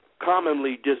commonly